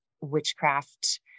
witchcraft